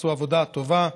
עשו עבודה טובה.